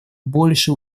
больше